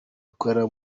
ikorera